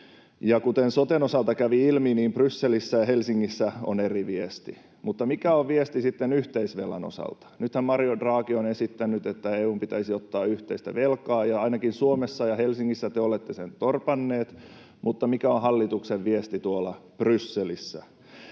ja kuten soten osalta kävi ilmi, niin Brysselissä ja Helsingissä on eri viesti. Mutta mikä on viesti sitten yhteisvelan osalta? Nythän Mario Draghi on esittänyt, että EU:n pitäisi ottaa yhteistä velkaa, ja ainakin Suomessa ja Helsingissä te olette sen torpanneet, mutta mikä on hallituksen viesti tuolla Brysselissä.